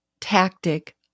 tactic